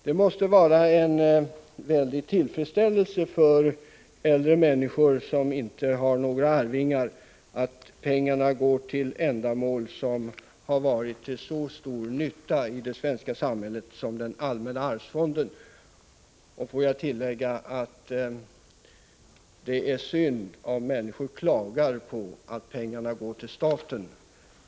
Det måste vara en väldig tillfredsställelse för äldre människor som inte har några arvingar att veta att pengarna går till ändamål som varit till så stor nytta i det svenska samhället som den allmänna arvsfonden. Får jag tillägga att det är synd om människor klagar på att pengarna går till staten.